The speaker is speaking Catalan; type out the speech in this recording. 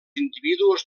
individus